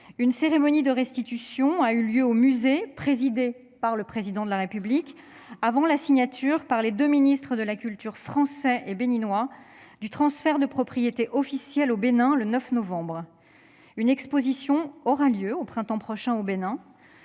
Une cérémonie de restitution a eu lieu au musée, présidée par le Président de la République, avant la signature par les ministres de la culture français et béninois du transfert de propriété officielle au Bénin, le 9 novembre dernier. Une exposition aura lieu au printemps prochain, au Bénin.